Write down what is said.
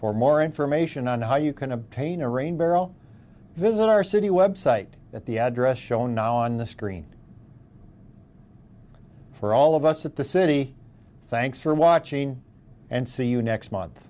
for more information on how you can obtain a rain barrel visit our city website that the address shown on the screen for all of us at the city thanks for watching and see you next month